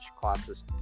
classes